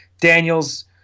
Daniel's